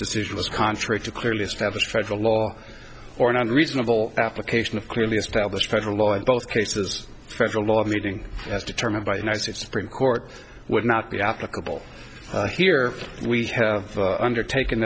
decision was contrary to clearly established federal law or an unreasonable application of clearly established federal law in both cases for the law of meeting as determined by the united states supreme court would not be applicable here we have undertak